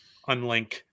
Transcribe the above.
unlink